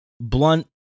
blunt